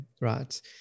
right